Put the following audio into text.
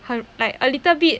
很 like a little bit